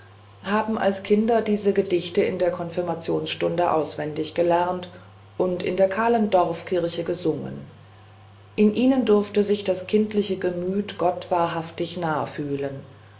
haben als kinder diese gedichte in der konfirmationsstunde auswendig gelernt und in der kahlen dorfkirche gesungen in ihnen durfte sich das kindliche gemüt gott wahrhaft